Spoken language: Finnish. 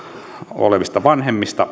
olevista vanhemmista